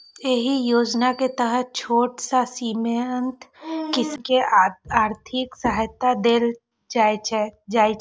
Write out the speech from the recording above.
एहि योजना के तहत छोट आ सीमांत किसान कें आर्थिक सहायता देल जाइ छै